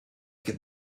could